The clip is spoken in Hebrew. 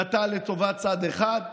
נטה לטובת צד אחד,